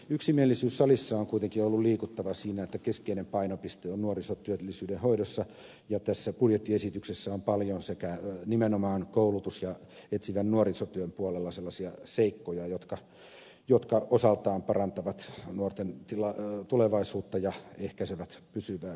yksimielisyys salissa on kuitenkin ollut liikuttava siinä että keskeinen painopiste on nuorisotyöllisyyden hoidossa ja tässä budjettiesityksessä on paljon nimenomaan koulutuksen ja etsivän nuorisotyön puolella sellaisia seikkoja jotka osaltaan parantavat nuorten tulevaisuutta ja ehkäisevät pysyvää syrjäytymistä